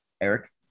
Eric